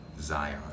Zion